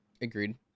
Agreed